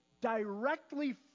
directly